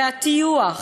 והטיוח,